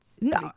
No